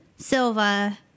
Silva